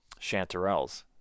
chanterelles